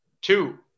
Two